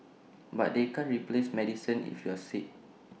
but they can't replace medicine if you're sick